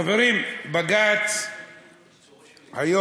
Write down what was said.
חברים, בג"ץ היום